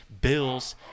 Bills